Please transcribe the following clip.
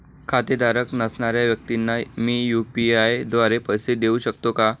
खातेधारक नसणाऱ्या व्यक्तींना मी यू.पी.आय द्वारे पैसे देऊ शकतो का?